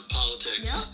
politics